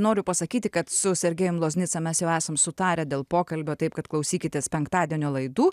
noriu pasakyti kad su sergejum loznica mes jau esam sutarę dėl pokalbio taip kad klausykitės penktadienio laidų